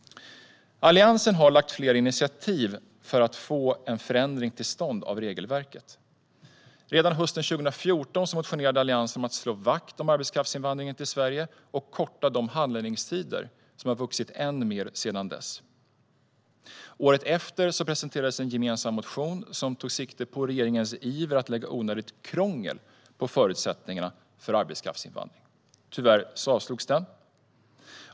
Alliansen har tagit flera initiativ för att få en förändring av regelverket till stånd. Redan hösten 2014 motionerade Alliansen om att slå vakt om arbetskraftsinvandringen till Sverige och korta de handläggningstider som har vuxit än mer sedan dess. Året efter presenterades en gemensam motion som tog sikte på regeringens iver att lägga onödigt krångel på förutsättningarna för arbetskraftsinvandring. Tyvärr avslogs den.